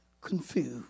confused